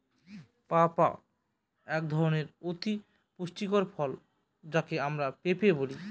papaya একধরনের অতি পুষ্টিকর ফল যাকে আমরা পেঁপে বলি